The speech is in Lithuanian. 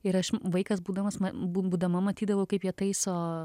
ir aš vaikas būdamas bū būdama matydavau kaip jie taiso